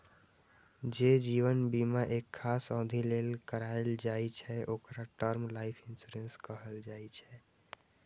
जे जीवन बीमा एक खास अवधि लेल कराएल जाइ छै, ओकरा टर्म लाइफ इंश्योरेंस कहल जाइ छै